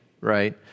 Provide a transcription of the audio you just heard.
right